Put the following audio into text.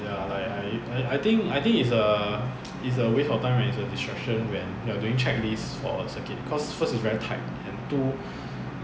ya like I I think I think it's a it's a waste of time and it's a distraction when you are doing checklist for a circuit cause cause it's very tight and two